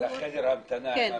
לחדר המתנה.